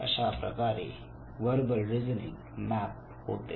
अशाप्रकारे verbal reasoning map होते